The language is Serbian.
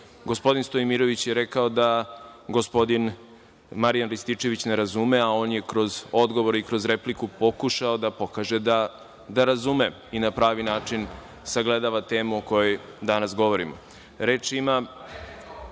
Gospodin Stojmirović je rekao da gospodin Marijan Rističević ne razume, a on je kroz odgovore i kroz repliku pokušao da pokaže da razume i na pravi način sagledava temu o kojoj danas govorimo. Najpre